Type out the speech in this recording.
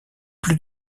plus